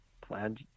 plaid